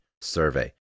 survey